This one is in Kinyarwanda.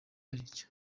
ariryo